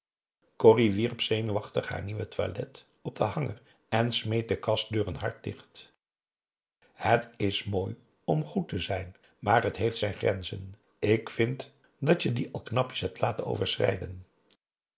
corrie wierp zenuwachtig haar nieuwe toilet op den hanger en smeet de kastdeuren hard dicht het is mooi om goed te zijn maar het heeft zijn grenzen ik vind dat je die al knapjes hebt laten